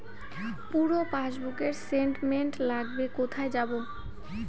পুরো পাসবুকের স্টেটমেন্ট লাগবে কোথায় পাব?